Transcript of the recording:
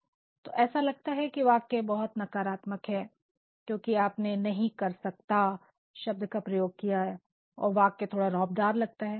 " तो ऐसा लगता है कि या वाक्य नकारात्मक है क्योंकि आपने "नहीं कर सकता" शब्द का प्रयोग किया है और वाक्य थोड़ा रौबदार लगता है